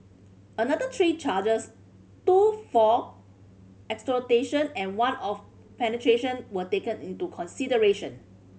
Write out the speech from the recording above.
another three charges two for exploitation and one of penetration were taken into consideration